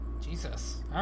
Jesus